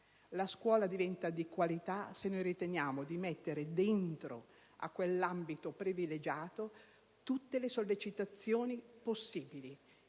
La scuola diventa di qualità se riteniamo di inserire in quell'ambito privilegiato tutte le sollecitazioni possibili.